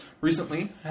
recently